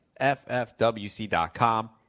FFWC.com